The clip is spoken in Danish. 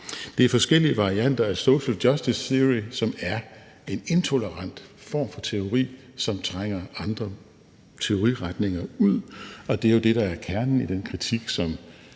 Det er forskellige varianter af social justice theory, som er en intolerant form for teori, som trænger andre teoriretninger ud, og det er jo det, der er kernen i den kritik,